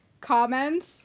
comments